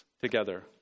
together